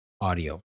audio